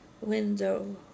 window